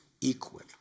equal